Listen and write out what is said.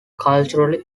cultural